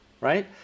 right